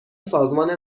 سازمان